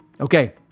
Okay